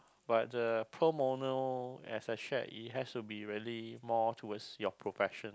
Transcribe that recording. but uh pro bono as I shared it has to be really more towards your profession